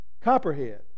copperhead